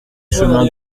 chemin